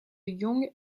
young